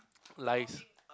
lies